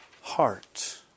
heart